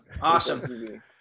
Awesome